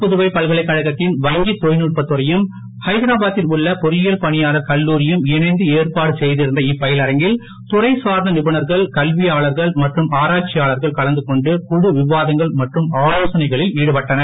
புதுவை பல்கலைக்கழகத்தின் வங்கி தொழில்நுட்பத் துறையும் ஐதராபாத்தில் உள்ள பொறியியல் பணியாளர் கல்லூரியும் இணைந்து ஏற்பாடு செய்திருந்த இப்பயிலரங்கில் துறை சார்ந்த நிபுணர்கள் கல்வியாளர்கள் மற்றும் ஆராய்ச்சியாளர்கள் கலந்து கொண்டு குழு விவாதங்கள் மற்றும் ஆலோசனைகளில் ஈடுபட்டனர்